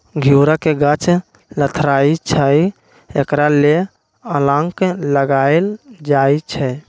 घिउरा के गाछ लथरइ छइ तऽ एकरा लेल अलांन लगायल जाई छै